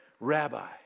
Rabbi